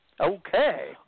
Okay